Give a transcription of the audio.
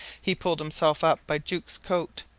he pulled himself up by jukes coat,